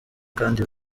kandi